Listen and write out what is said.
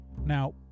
now